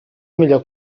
millor